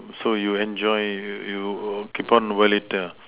so you enjoy you you become over it lah